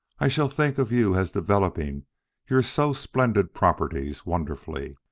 i shall think of you as developing your so-splendid properties wonderfully.